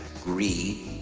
greed,